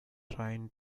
train